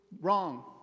wrong